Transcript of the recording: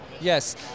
Yes